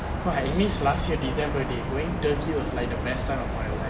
!wah! it means last year december they going turkey was the best time of my life